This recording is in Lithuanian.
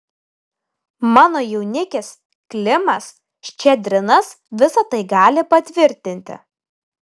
mano jaunikis klimas ščedrinas visa tai gali patvirtinti